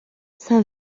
saint